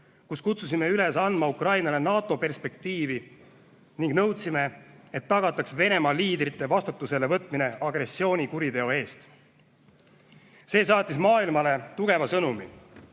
kus kutsusime üles andma Ukrainale NATO-perspektiivi ning nõudsime, et tagataks Venemaa liidrite vastutuselevõtmine agressioonikuriteo eest. See saatis maailmale tugeva sõnumi: